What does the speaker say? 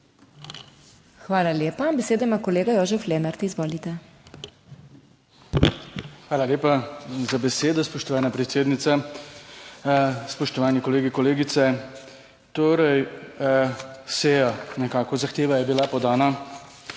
Hvala lepa. Besedo ima kolega Jožef Lenart, izvolite. JOŽEF LENART (PS SDS): Hvala lepa za besedo, spoštovana predsednica. Spoštovani kolegi in kolegice! Torej, seja nekako, zahteva je bila podana